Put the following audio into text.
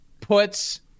puts